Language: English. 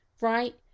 Right